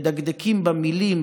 מדקדקים במילים,